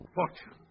fortune